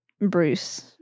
Bruce